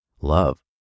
love